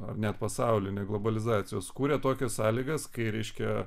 ar net pasaulinė globalizacija sukūrė tokias sąlygas kai reiškia